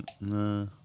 Nah